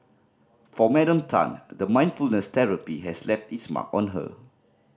for Madam Tan the mindfulness therapy has left its mark on her